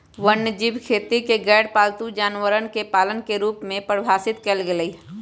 वन्यजीव खेती के गैरपालतू जानवरवन के पालन के रूप में परिभाषित कइल गैले है